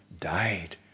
died